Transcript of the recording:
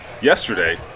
yesterday